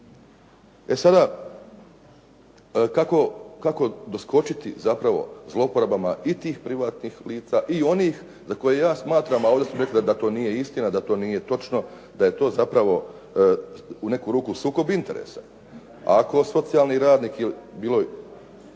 E sada, kako doskočiti zapravo zlouporabama i tih privatnih lica i onih za koje ja smatram a one su rekle da to nije istina, da to nije točno, da je to zapravo u neku ruku sukob interesa. Ako socijalni radnik bilo